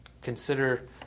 Consider